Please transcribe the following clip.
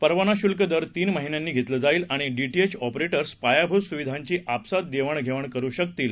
परवानाशुल्कदरतीनमहिन्यांनीघेतलंजाईलआणिडीटीएचऑपरेटर्सपायाभूतसुविधांचीआपसातदेवाण घेवाणकरुशकतील